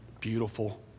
beautiful